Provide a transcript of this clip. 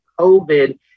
covid